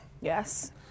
Yes